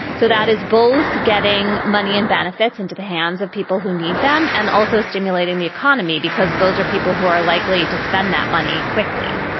so that is both getting money and benefits into the hands of people who need them and also stimulating the economy, because those are people who are likely to spend that money quickly.